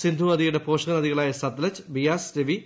സിന്ധു നദിയുടെ പോഷക നദികളായ സത്ലജ് ബിയാസ് രവി